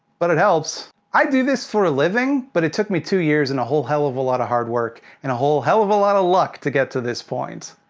but it helps. i do this for a living, but it took me two years, and a whole hell of a lot of hard work, and a whole hell of a lot of luck, to get to this point.